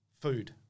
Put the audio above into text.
food